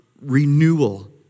renewal